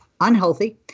unhealthy